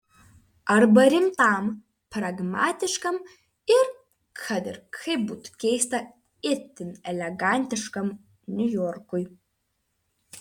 arba rimtam pragmatiškam ir kad ir kaip būtų keista itin elegantiškam niujorkui